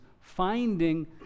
finding